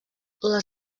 les